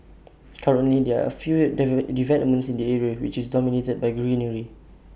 currently there are A few developments in the area which is dominated by greenery